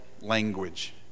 language